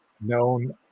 known